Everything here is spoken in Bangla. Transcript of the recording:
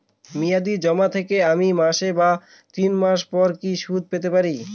মেয়াদী জমা থেকে আমি মাসিক বা তিন মাস পর কি সুদ পেতে পারি?